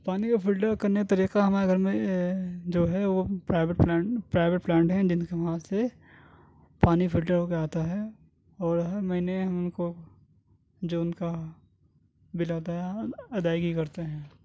پانی کو فلٹر کرنے کا طریقہ ہمارے گھر میں جو ہے وہ پرائیویٹ پلانٹ پرائیویٹ پلانٹ ہیں جن کی وہاں سے پانی فلٹر ہو کے آتا ہے اور ہر مہینے ہم کو جو ان کا بل آتا ہے ادائیگی کرتے ہیں